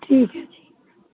ਠੀਕ ਹੈ ਜੀ